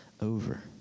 over